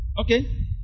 Okay